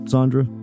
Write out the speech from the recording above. Sandra